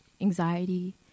anxiety